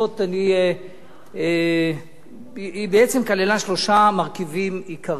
הזאת בעצם כללה שלושה מרכיבים עיקריים.